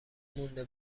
مونده